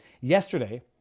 yesterday